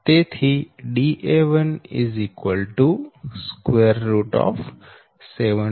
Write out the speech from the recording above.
તેથી Da1 7